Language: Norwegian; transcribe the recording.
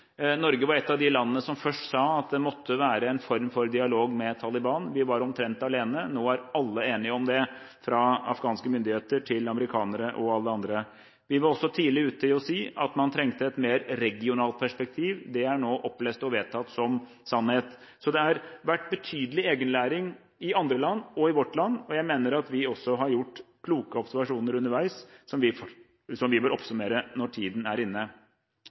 Norge var et av de landene som først sa at det måtte være en form for dialog med Taliban. Vi var omtrent alene. Nå er alle enige om det, fra afghanske myndigheter til amerikanere og alle andre. Vi var også tidlig ute med å si at man trengte et mer regionalt perspektiv. Det er nå opplest og vedtatt som sannhet. Det har vært betydelig egenlæring i andre land og i vårt land, og jeg mener at vi underveis har gjort kloke observasjoner som vi bør oppsummere når tiden er inne.